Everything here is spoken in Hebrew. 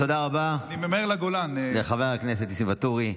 תודה רבה לחבר הכנסת ניסים ואטורי.